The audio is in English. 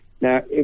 Now